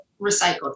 recycled